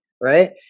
right